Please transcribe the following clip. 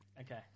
Okay